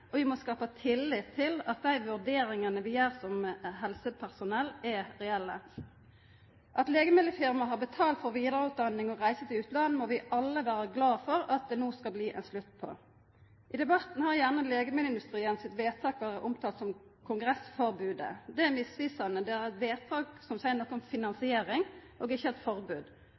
Vi må skapa tillit til at dei vurderingane vi gjer som helsepersonell, er reelle. At legemiddelfirma har betalt for vidareutdanning og reiser til utlandet, må vi alle vera glad for at det no skal bli ein slutt på. I debatten har gjerne legemiddelindustrien sitt vedtak vore omtala som kongressforbodet. Det er misvisande. Det er eit vedtak som seier noko om finansiering, og er ikkje eit forbod.